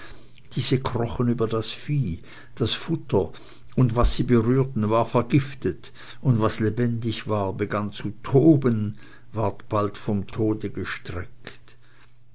diese krochen über das vieh das futter und was sie berührten war vergiftet und was lebendig war begann zu toben ward bald vom tode gestreckt